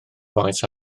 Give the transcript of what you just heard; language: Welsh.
faes